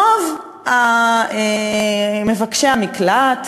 רוב מבקשי המקלט,